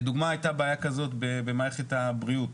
לדוגמא, היתה בעיה כזו במערכת הבריאות,